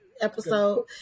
episode